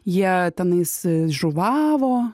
jie tenais žuvavo